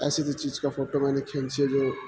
ایسی ایسی چیز کا فوٹو میں نے کھینچی ہے جو